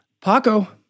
Paco